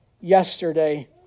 yesterday